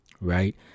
right